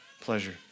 pleasure